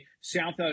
South